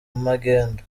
magendu